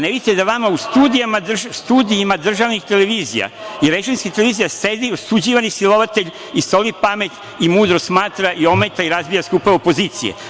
Ne vidite da vama u studijima državnih televizija i rejtingskih televizija sedi osuđivani silovatelj i soli pamet i mudrost, smatra i ometa i razbija skupove opozicije.